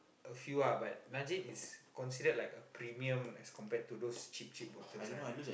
a few ah but Nalgene is considered like a premium as compared to those cheap cheap bottles right